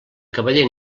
cavaller